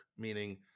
meaning